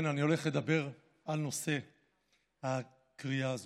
כן, אני הולך לדבר על נושא הקריאה הזו,